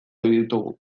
ditugu